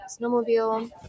snowmobile